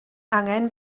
angen